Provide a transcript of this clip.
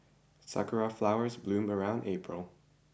sakura flowers bloom around April